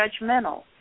judgmental